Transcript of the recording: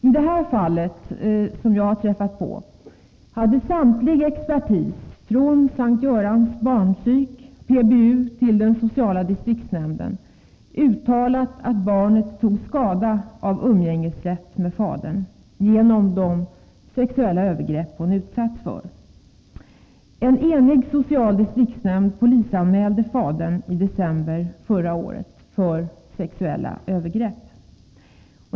I det här fallet, som jag har träffat på, hade all expertis — från S:t Görans barnpsykiatriska klinik, PBU och till den sociala distriktsnämnden -— uttalat att barnet tog skada av umgängesrätt med fadern på grund av de sexuella övergrepp hon utsatts för. En enig social distriktsnämnd polisanmälde fadern i december förra året för sexuella övergrepp.